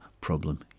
problem